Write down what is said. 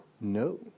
No